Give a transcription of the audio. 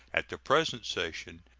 at the present session,